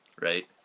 right